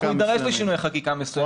נידרש לתיקון חקיקה מסוים.